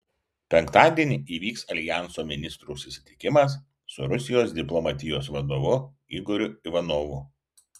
penktadienį įvyks aljanso ministrų susitikimas su rusijos diplomatijos vadovu igoriu ivanovu